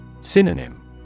Synonym